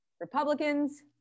Republicans